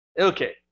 Okay